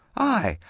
ay,